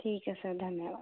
ठीक है सर धन्यवाद